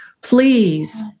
please